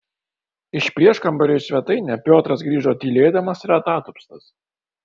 iš prieškambario į svetainę piotras grįžo tylėdamas ir atatupstas